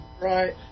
Right